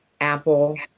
Apple